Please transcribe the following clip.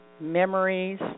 memories